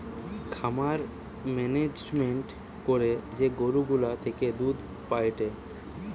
খামার মেনেজমেন্ট করে যে গরু গুলা থেকে দুধ পায়েটে